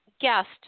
guest